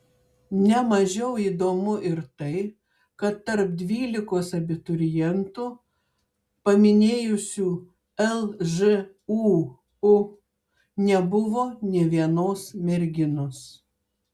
ne mažiau įdomu ir tai kad tarp dvylikos abiturientų paminėjusių lžūu nebuvo nė vienos merginos